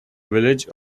village